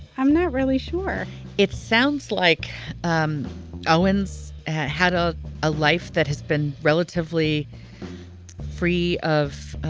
i'm not really sure it sounds like um owen's had a life that has been relatively free of